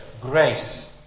Grace